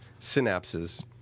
synapses